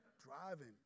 Driving